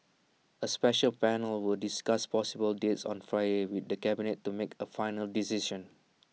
A special panel will discuss possible dates on Friday with the cabinet to make A final decision